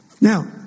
Now